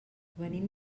venim